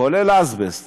כולל אזבסט.